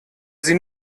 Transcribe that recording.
sie